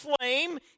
flame